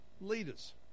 leaders